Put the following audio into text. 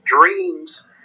dreams